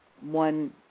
one